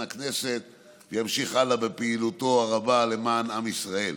הכנסת וימשיך הלאה בפעילותו הרבה למען עם ישראל.